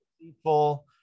People